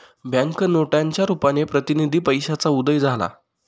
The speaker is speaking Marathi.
बँक नोटांच्या रुपाने प्रतिनिधी पैशाचा उदय झाला